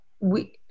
Oui